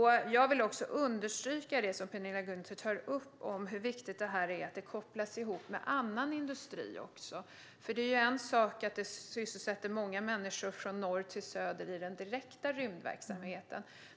Jag vill understryka det som Penilla Gunther tar upp om hur viktigt det är att detta kopplas ihop med annan industri. Det är en sak att många människor från norr till söder sysselsätts i den direkta rymdverksamheten.